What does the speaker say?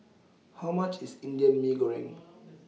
How much IS Indian Mee Goreng